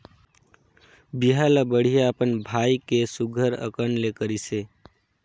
बिहा ल बड़िहा अपन भाई के सुग्घर अकन ले करिसे